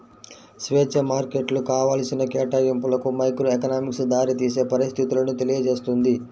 స్వేచ్ఛా మార్కెట్లు కావాల్సిన కేటాయింపులకు మైక్రోఎకనామిక్స్ దారితీసే పరిస్థితులను తెలియజేస్తుంది